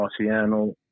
Marciano